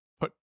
put